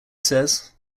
says